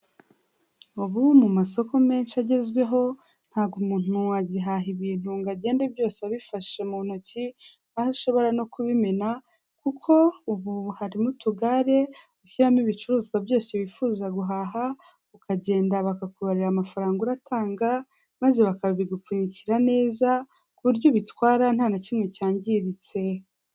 Ubu mu masoko menshi agezweho, ntabwo umuntu agihaha ibintu ngo agende byose abifashe mu ntoki aho ashobora no kubimena, kuko ubu harimo utugare ushyiramo ibicuruzwa byose wifuza guhaha, ukagenda bakakubarera amafaranga uratanga maze bakabigupfunyikira neza ku buryo ubitwara nta nakimwe cyangiritse.